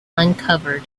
uncovered